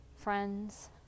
Friends